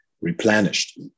replenished